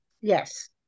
yes